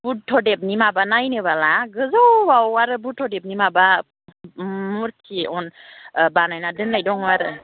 बुद्धदेबनि माबा नायनोब्ला गोजौआव आरो बुद्धदेबनि माबा मुर्ति बानायना दोननाय दङ आरो